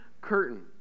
curtain